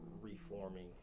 reforming